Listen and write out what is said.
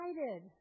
excited